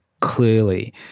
clearly